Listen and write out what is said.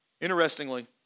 Interestingly